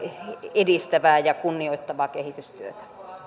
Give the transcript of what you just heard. edistävää ja kunnioittavaa kehitystyötä arvoisa